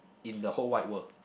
in the whole wide world